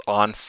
on